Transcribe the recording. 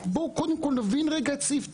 קודם כול נבין רגע את סעיף 9,